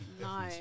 No